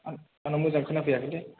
आंनाव मोजां खोनाफैयाखैलै